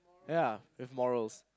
ya with morals